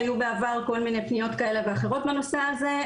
היו בעבר על מיני פניות כאלה ואחרות בנושא הזה,